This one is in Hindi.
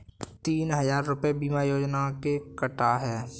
तीन हजार रूपए बीमा योजना के कटा है